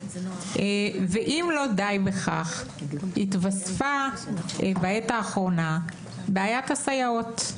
אם לא די בכך התווספה בעת האחרונה בעיית הסייעות,